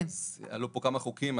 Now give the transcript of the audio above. עלו פה כמה חוקים,